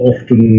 Often